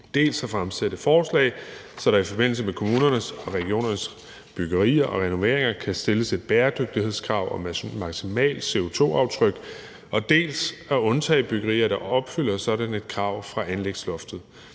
dels at fremsætte forslag, så der i forbindelse med kommunernes og regionernes byggerier og renoveringer kan stilles et bæredygtighedskrav om et maksimalt CO2-aftryk, dels at undtage byggerier, der opfylder sådan et krav fra anlægsloftet.